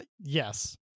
yes